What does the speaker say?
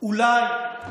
אולי?